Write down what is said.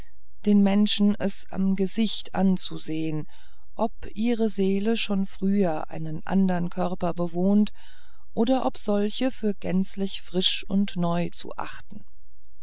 den menschen es am gesicht anzusehen ob ihre seele schon früher einen andern körper bewohnt oder ob solche für gänzlich frisch und neu zu achten